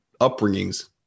upbringings